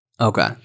okay